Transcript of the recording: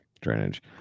drainage